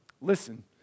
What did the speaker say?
Listen